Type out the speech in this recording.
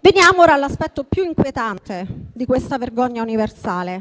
Veniamo ora all'aspetto più inquietante di questa vergogna universale,